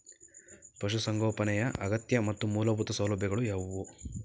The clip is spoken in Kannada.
ಪಶುಸಂಗೋಪನೆಯ ಅಗತ್ಯ ಮತ್ತು ಮೂಲಭೂತ ಸೌಲಭ್ಯಗಳು ಯಾವುವು?